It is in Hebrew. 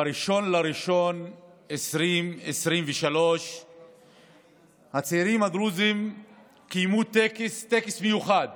ב-1 בינואר 2023 הצעירים הדרוזים קיימו טקס מיוחד